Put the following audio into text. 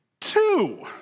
Two